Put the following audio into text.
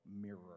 mirror